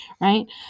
right